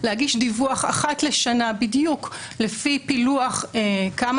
להגיש דיווח אחת לשנה בדיוק לפי פילוח בכמה